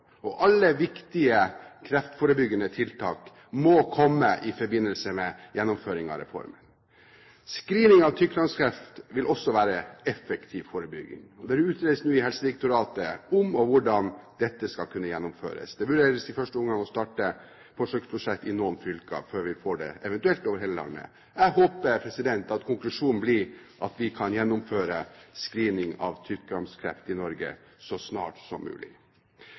og alle viktige kreftforebyggende tiltak må komme i forbindelse med gjennomføringen av reformen. Screening av tykktarmskreft vil også være effektiv forebygging. Det utredes nå i Helsedirektoratet om og hvordan dette skal kunne gjennomføres. Det vurderes i første omgang å starte forsøksprosjekter i noen fylker før vi eventuelt får det over hele landet. Jeg håper at konklusjonen blir at vi kan gjennomføre screening av tykktarmskreft i Norge så snart som mulig.